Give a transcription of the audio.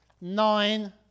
nine